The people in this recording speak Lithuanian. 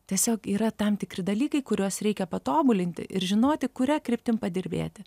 tiesiog yra tam tikri dalykai kuriuos reikia patobulinti ir žinoti kuria kryptim padirbėti